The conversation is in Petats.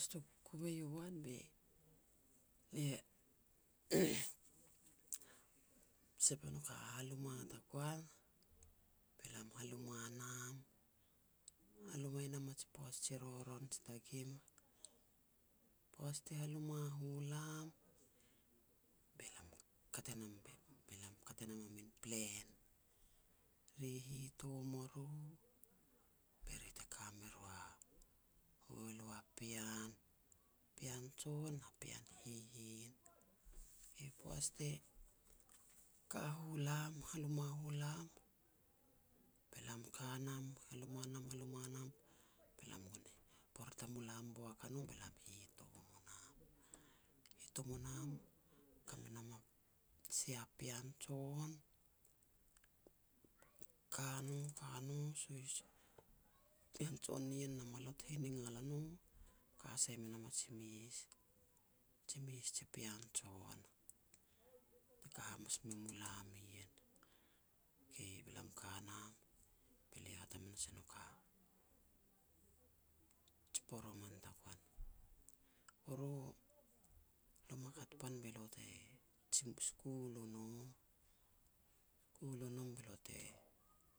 Tuku kukuvei u an, be lia sep e nouk a haluma tagoan, be lam haluma nam, halumae nam a ji poaj ji roron jitagim. Poaj ti haluma u lam, be lam kat nam-be lam e kat e nam a min plen. Ri hitom o ru, be ri te ka me ru a hualu a pean, pean jon na pean hihin. Poaj te ka u lam, haluma u lam, be lam e ka nam haluma nam haluma nam, be lam gon, bor tamulam boak a no, be lam e hitom o nam. Hitom o nam, ka me nam a sia pean jon, ka no ka no suhis, pean jon nien na malot hiningal a no, ka sai me nam a ji mes, ji mes ji pean jon, teka hamas me mu lam ien. Kei, me lam ka nam, be lia hat hamas e nouk a ji poroman tagoan. "Poro, lo ma kat pan be lo te jimou school o nom. School o nom be lo te